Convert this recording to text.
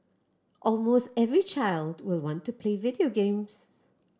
almost every child will want to play video games